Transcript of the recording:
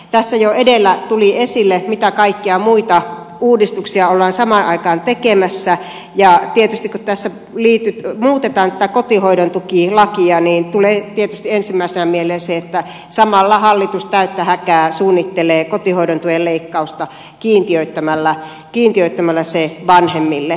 tässä jo edellä tuli esille mitä kaikkia muita uudistuksia ollaan samaan aikaan tekemässä ja tietysti kun tässä muutetaan tätä kotihoidon tuen lakia tulee ensimmäisenä mieleen se että samalla hallitus täyttä häkää suunnittelee kotihoidon tuen leikkausta kiintiöittämällä sen vanhemmille